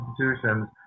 institutions